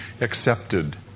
accepted